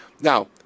Now